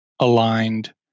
aligned